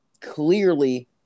clearly